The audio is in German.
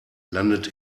landet